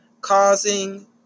causing